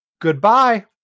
Goodbye